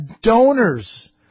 donors